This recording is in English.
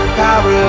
power